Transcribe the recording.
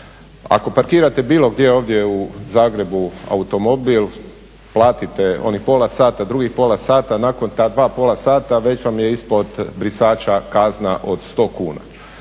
ako parkirate bilo gdje ovdje u Zagrebu automobil platite onih pola sata, drugih pola sata, nakon ta dva pola sata već vam je ispod brisača kazna od 100 kuna.